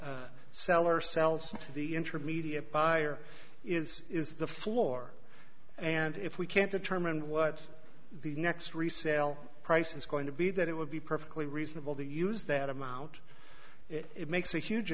seller sells to the intermediate buyer is is the floor and if we can't determine what the next resale price is going to be that it would be perfectly reasonable to use that amount it makes a huge